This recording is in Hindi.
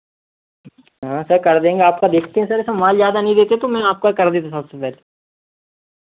हाँ सर कर देंगे आपका जिसके सर माल ज़्यादा नहीं देते तो मैं आपका कर देता सबसे पहले